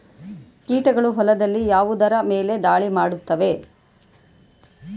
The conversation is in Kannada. ಕೀಟಗಳು ಹೊಲದಲ್ಲಿ ಯಾವುದರ ಮೇಲೆ ಧಾಳಿ ಮಾಡುತ್ತವೆ?